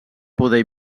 poder